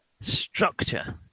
structure